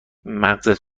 مغزت